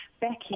Becky